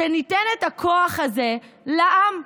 שניתן את הכוח הזה לעם,